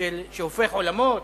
שהופך עולמות?